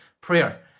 prayer